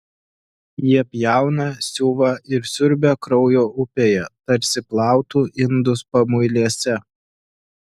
jie pjauna siuva ir siurbia kraujo upėje tarsi plautų indus pamuilėse